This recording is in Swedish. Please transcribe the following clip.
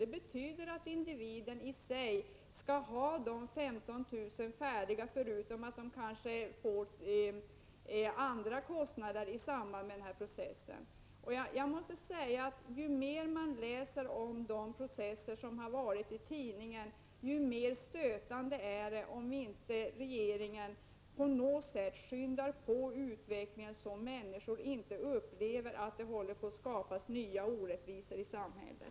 Det betyder att den enskilde skall ha dessa 15 000 till hands, förutom pengar för att täcka andra kostnader som kanske uppstår i samband med en process. Ju mer man läser i tidningarna om de processer som har varit, desto mera stötande framstår det om inte regeringen på något sätt skyndar på utvecklingen, så att människor inte får en känsla att det håller på att skapas nya orättvisor i samhället.